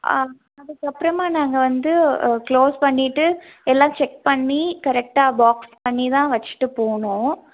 அதுக்கப்பறமாக நாங்கள் வந்து க்ளோஸ் பண்ணிவிட்டு எல்லாம் செக் பண்ணி கரெக்டாக பாக்ஸ் பண்ணி தான் வச்சிட்டு போனோம்